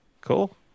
cool